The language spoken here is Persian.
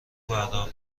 براق